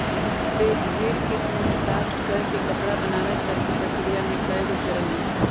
भेड़ से ऊन प्राप्त कऽ के कपड़ा बनाबे तक के प्रक्रिया में कएगो चरण होइ छइ